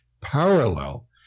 parallel